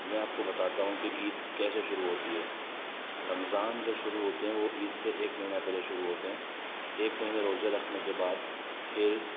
میں آپ کو بتاتا ہوں کہ عید کیسے شروع ہوتی ہے رمضان جب شروع ہوتے ہیں وہ عید سے ایک مہینہ پہلے شروع ہوتے ہیں ایک مہینے روزے رکھنے کے بعد پھر